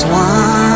one